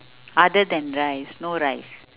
other than rice no rice